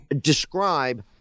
describe